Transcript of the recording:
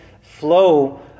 flow